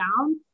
down